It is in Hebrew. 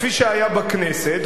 כפי שהיה בכנסת,